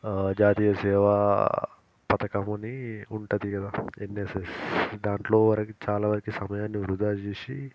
జాతీయ సేవ పథకమని ఉంటుంది కదా ఎన్ఎస్ఎస్ దాంట్లో వరకి చాలా వరకి సమయాన్ని వృథా చేసి